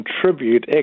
contribute